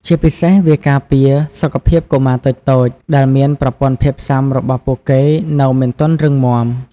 ជាពិសេស វាការពារសុខភាពកុមារតូចៗដែលមានប្រព័ន្ធភាពស៊ាំរបស់ពួកគេនៅមិនទាន់រឹងមាំ។